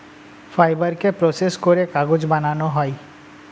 ফাইবারকে প্রসেস করে কাগজ বানানো হয়